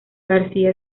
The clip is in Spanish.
garcía